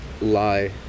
lie